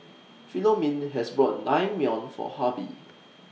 Philomene bought Naengmyeon For Harvie